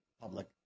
public